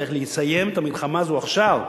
צריך לסיים את המלחמה הזאת עכשיו,